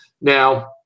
Now